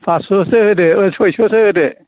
पास्स'सो होदो ओ सयस'सो होदो